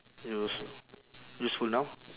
use~ useful now